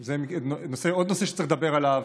זה עוד נושא שצריך לדבר עליו,